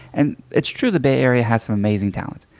and it's true the bay area has some amazing talent.